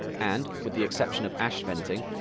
and, with the exception of ash venting,